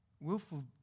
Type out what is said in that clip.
willful